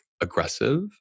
aggressive